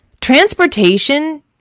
Transportation